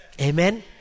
Amen